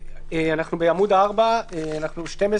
אנחנו חייבים להתקדם.